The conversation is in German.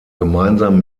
gemeinsam